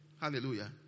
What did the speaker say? Hallelujah